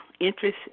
interest